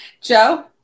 Joe